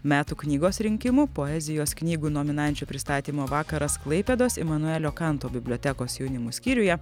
metų knygos rinkimų poezijos knygų nominančių pristatymo vakaras klaipėdos imanuelio kanto bibliotekos jaunimo skyriuje